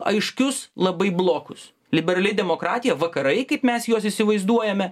aiškius labai blokus liberali demokratija vakarai kaip mes juos įsivaizduojame